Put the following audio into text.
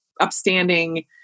upstanding